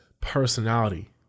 personality